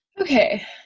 Okay